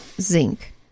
zinc